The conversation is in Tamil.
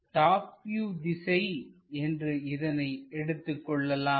டாப் வியூ திசை என்று இதனை எடுத்துக்கொள்ளலாம்